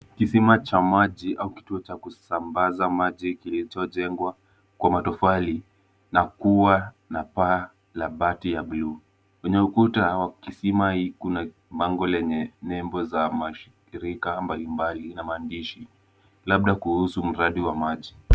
Kisima cha maji au kituo cha kusambaza maji kilichojengwa kwa matofali na kuwa na paa la bati ya buluu. Kwenye ukuta wa kisima hii kuna bango lenye nembo za mashirika mbalimbali na maandishi labda kuhusu mradi wa maji.